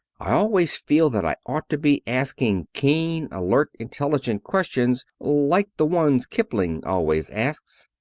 i always feel that i ought to be asking keen, alert, intelligent questions like the ones kipling always asks,